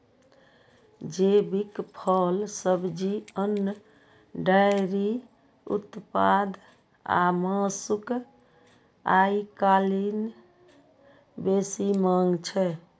जैविक फल, सब्जी, अन्न, डेयरी उत्पाद आ मासुक आइकाल्हि बेसी मांग छै